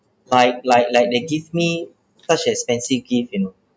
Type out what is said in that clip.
like like like they give me such expensive gift you know